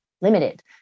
limited